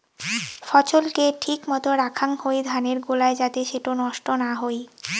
ফছল কে ঠিক মতো রাখাং হই ধানের গোলায় যাতে সেটো নষ্ট না হই